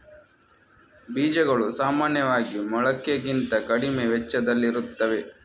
ಬೀಜಗಳು ಸಾಮಾನ್ಯವಾಗಿ ಮೊಳಕೆಗಿಂತ ಕಡಿಮೆ ವೆಚ್ಚದಲ್ಲಿರುತ್ತವೆ